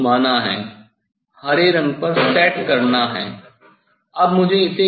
मुझे इसको घुमाना है हरे रंग पर सेट करना है